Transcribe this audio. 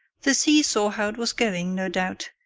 the see saw how it was going, no doubt,